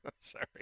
Sorry